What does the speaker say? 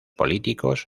políticos